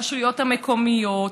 ברשויות המקומיות,